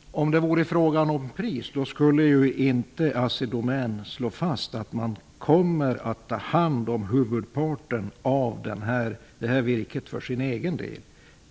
Fru talman! Om det vore fråga om pris skulle inte Assidomän slå fast att de kommer att ta hand om huvudparten av virket för egen del.